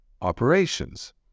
operations